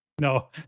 No